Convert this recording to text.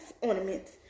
ornaments